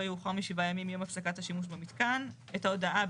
יאוחר מ-7 ימים מיום הפסקת השימוש במתקן את ההודעה",